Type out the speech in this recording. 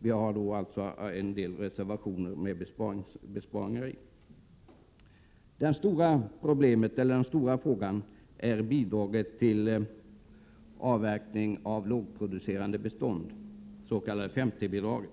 Vi har också andra reservationer med besparingsförslag. Den stora frågan är bidraget till avverkning av lågproducerande bestånd, det s.k. 50-bidraget.